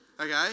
okay